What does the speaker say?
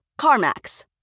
CarMax